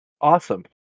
Awesome